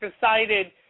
decided